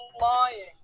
lying